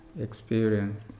experience